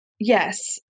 Yes